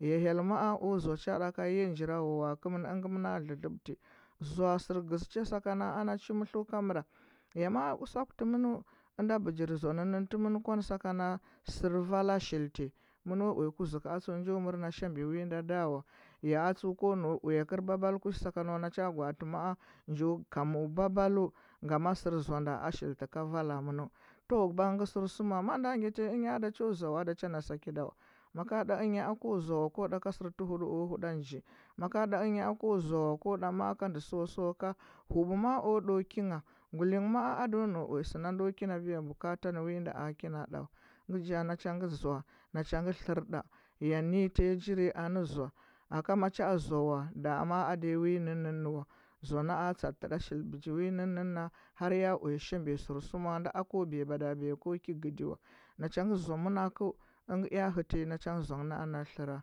Ya hyel ma. a o zoa cha cha ɗaka yiya nji rawawaa kɚmɚn ɚngɚ mɚna lɚlɚbti zoa sɚr gɚȝɚcha sakana ana chi mɚtlɚu ka mɚra ya aa usaku tɚmɚnu ɚnda bɚgir zoa mɚn kwa nɚ sakana sɚr vala shilti mɚno uya kuȝukɚu ada kɚr na shaɓi wi ɗa ɗa way a a tsuɚ ko nau uya kɚr babal kush sakan wa na cha gwa’ati ma’a nto kamua babalu ngama sɚr zoa nda a shitti ka vala mɚn nou tɚwa banghɚ sɚr suma ma ndɚa gyata nyi ɚnya ada cho zoa wa ada cho na sakɚda wa maka nda ɚnya ako zoa wa ko ɗa ma’a ka ndu suwa suwa ka hubu o ɗa kingha guilighɚ maa do nau uya sɚna ndo kina biyan bukata nɚ ɚnda aki na ɗa na cha ngɚ tlar nɗa ne nyi ti ya njiri anɚ zoa aka ma cha a zoa wa da ma’a ada ya wi nɚnɚ wa zoa aɚ a tsati nda shilti bɚgi wi nɚnɚna har ya uya shabir sɚrsuma nda ako biya mada biya ko ki gidɚ win a cha ngɚ zoa manakɚu ɚngɚ ea hɚtɚ na cha ngɚ zoa ngɚ na’a na tlera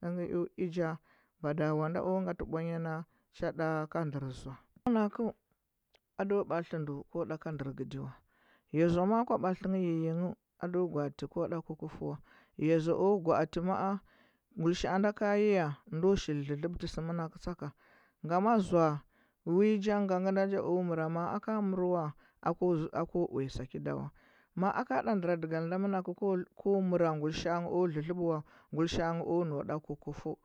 ɚn gɚ eo i ja badawa nda o gatɚ bwanya na cha ɗa ka ndɚr zoa manakɚu ado batlitɚ ndɚ ko ɗa ka ndɚr gɚdɚ wa ya zoa maa kwa bakilɚ ngɚ yiying ado gwa atɚ koɗa kukufu wa ya zoa o gwaatɚ maa guilisha nda ka yiya ndo shili lɚlɚbsɚ monakɚu tsaka ngama zoa wi janga nga nda nji o mɚra maa aka mɚr wa ako uya sak ɚ dawa ma’a aka ɗa ndɚradigal nda manakɚu ko mɚra guilisha’a ɚnghɚ o lɚlɚbɚ wa guilishan nghɚ nau ɗa kuku fuɚ